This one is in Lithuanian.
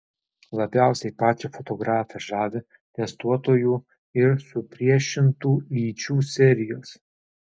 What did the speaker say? labiausiai pačią fotografę žavi testuotojų ir supriešintų lyčių serijos